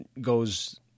goes